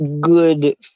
good